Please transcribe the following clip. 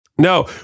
No